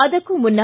ಅದಕ್ಕೂ ಮುನ್ನ